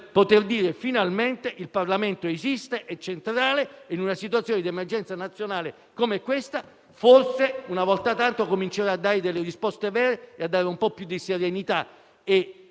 poter dire finalmente che il Parlamento esiste ed è centrale: in una situazione di emergenza nazionale come questa forse, una volta tanto, comincerà a dare risposte vere e a restituire un po' più di serenità